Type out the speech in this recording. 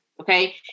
okay